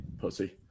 pussy